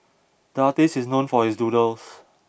the artist is known for his doodles